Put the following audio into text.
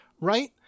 right